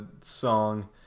song